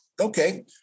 Okay